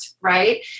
right